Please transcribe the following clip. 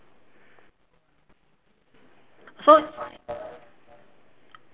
so